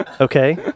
okay